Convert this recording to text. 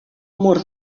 mur